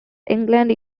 england